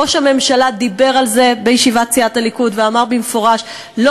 ראש הממשלה דיבר על זה בישיבת סיעת הליכוד ואמר במפורש: לא